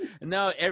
No